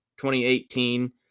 2018